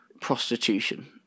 prostitution